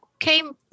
came